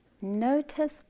notice